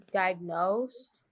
diagnosed